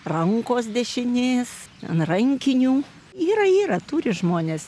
rankos dešinės ant rankinių yra yra turi žmonės